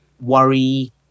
worry